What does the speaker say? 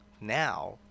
now